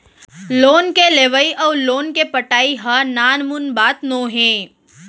loan के लेवइ अउ लोन के पटाई ह नानमुन बात नोहे